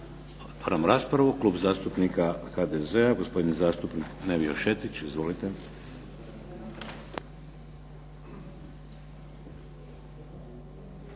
Otvaram raspravu. Klub zastupnika HDZ-a, gospodin zastupnik Nevio Šetić. Izvolite.